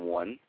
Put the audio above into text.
one